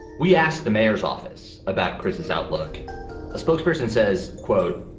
we asked the mayor's office about chris's outlook a spokesperson says, quote,